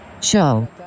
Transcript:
Show